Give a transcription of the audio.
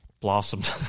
blossomed